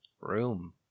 room